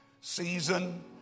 season